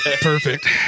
Perfect